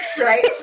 Right